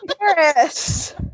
Paris